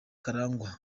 karangwa